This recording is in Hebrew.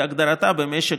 כהגדרתה במשק,